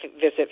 visit